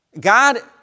God